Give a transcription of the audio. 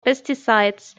pesticides